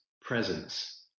Presence